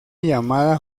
llamada